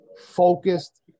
focused